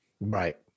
Right